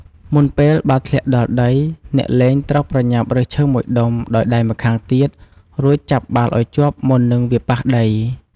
មុនពេលបាល់ធ្លាក់ដល់ដី អ្នកលេងត្រូវប្រញាប់រើសឈើ ១ ដុំ ដោយដៃម្ខាងទៀត រួចចាប់បាល់ឲ្យជាប់មុននឹងវាប៉ះដី។